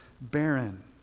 barren